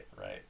right